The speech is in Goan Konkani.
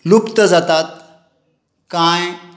लुप्त जातात कांय